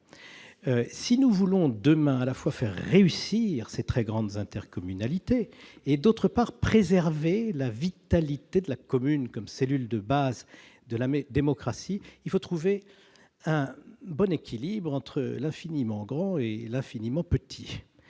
Si nous voulons, demain, à la fois faire réussir ces très grandes intercommunalités et préserver la vitalité de la commune comme cellule de base de la démocratie, il faut trouver le bon équilibre entre l'infiniment grand et l'infiniment petit.